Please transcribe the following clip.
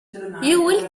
will